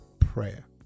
Prayer